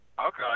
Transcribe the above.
Okay